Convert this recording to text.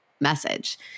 message